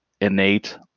innate